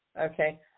Okay